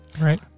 Right